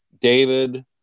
David